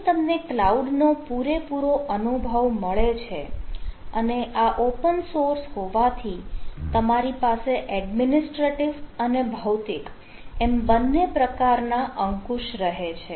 અહીં તમને કલાઉડ નો પૂરેપૂરો અનુભવ મળે છે અને આ ઓપન સોર્સ હોવાથી તમારી પાસે એડમિનિસ્ટ્રેટીવ અને ભૌતિક એમ બંને પ્રકારના અંકુશ રહે છે